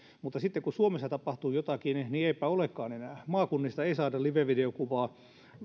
mutta sitten kun suomessa tapahtuu jotakin niin eipä olekaan enää maakunnista ei saada livevideokuvaa